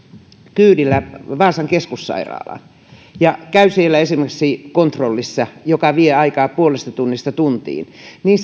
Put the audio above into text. kyydillä vaasan keskussairaalaan ja käy siellä esimerkiksi kontrollissa joka vie aikaa puolesta tunnista tuntiin niin